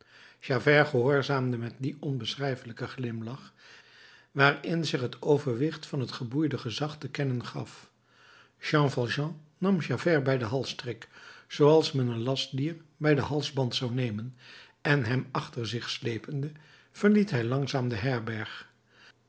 javert gehoorzaamde met dien onbeschrijfelijken glimlach waarin zich het overwicht van het geboeide gezag te kennen gaf jean valjean nam javert bij den halsstrik zooals men een lastdier bij den halsband zou nemen en hem achter zich sleepende verliet hij langzaam de herberg